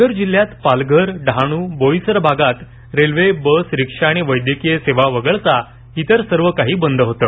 पालघर जिल्ह्यात पालघर डहाणू बोईसर भागात railway bus rickshaw आणि वैद्यकीय सेवा वगळता इतर सर्व काही बंद होतं